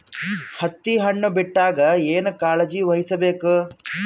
ಹತ್ತಿ ಹಣ್ಣು ಬಿಟ್ಟಾಗ ಏನ ಕಾಳಜಿ ವಹಿಸ ಬೇಕು?